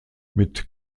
mit